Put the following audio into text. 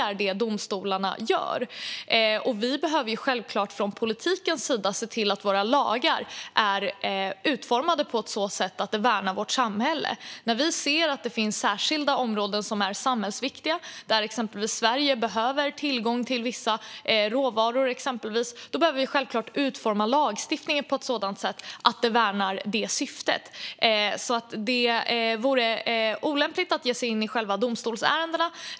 Från politikens sida behöver vi självklart se till att våra lagar är utformade på ett sådant sätt att de värnar vårt samhälle. När vi ser att det finns särskilda områden som är samhällsviktiga, exempelvis där Sverige behöver tillgång till vissa råvaror, behöver vi självklart utforma lagstiftningen på ett sådant sätt att den värnar det syftet. Det vore alltså olämpligt att ge sig in i själva domstolsärendena.